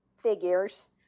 figures